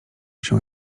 się